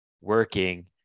working